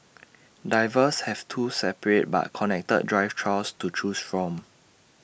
divers have two separate but connected dive trails to choose from